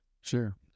Sure